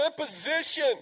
imposition